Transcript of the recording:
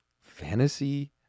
fantasy